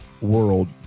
world